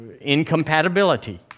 incompatibility